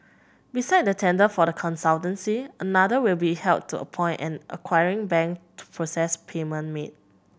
besides the tender for the consultancy another will be held to appoint an acquiring bank to process payment made